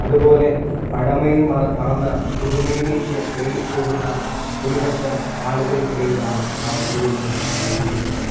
അതുപോലെ പഴമയെ മറന്ന് പുതുമയിലേക്ക് തേടി പോകുന്ന ഒരുപറ്റം ആളുകൾക്കിടയിലാണ് നാം ഓരോരുത്തരും ആയിരിക്കുന്നത്